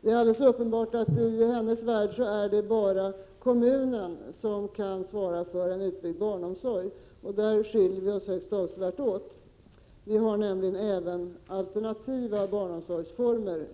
Det är alldeles uppenbart att det i hennes värld bara är kommunen som kan svara för att barnomsorgen byggs ut. Där skiljer vi oss åt högst avsevärt. I en icke-socialdemokratisk värld har vi nämligen även alternativa barnomsorgsformer.